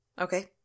Okay